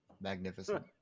magnificent